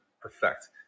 perfect